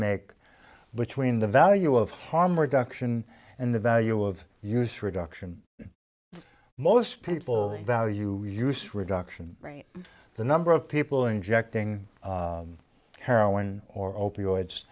make between the value of harm reduction and the value of use reduction most people value use reduction right the number of people injecting heroin or opi